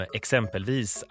exempelvis